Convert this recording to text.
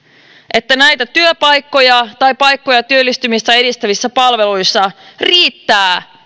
että näitä työpaikkoja tai paikkoja työllistymistä edistävissä palveluissa riittää